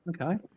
Okay